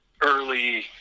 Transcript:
Early